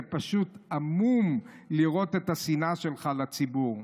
זה פשוט המום לראות את השנאה שלך לציבור.